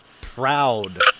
proud